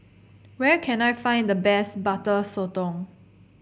where can I find the best Butter Sotong